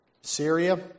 Syria